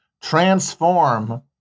transform